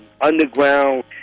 underground